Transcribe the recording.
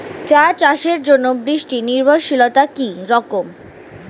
চা চাষের জন্য বৃষ্টি নির্ভরশীলতা কী রকম?